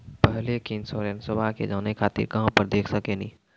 पहले के इंश्योरेंसबा के जाने खातिर कहां पर देख सकनी?